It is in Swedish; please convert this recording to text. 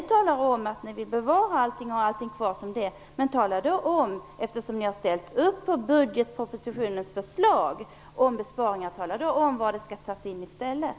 Ni talar om att ni vill bevara allting och ha allting kvar som det är. Eftersom ni har ställt upp på budgetpropositionens förslag om besparingar, bör ni tala om hur man skall spara i stället.